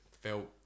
felt